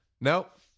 Nope